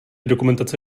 dokumentace